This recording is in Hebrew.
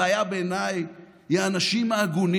הבעיה בעיניי היא האנשים ההגונים